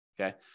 okay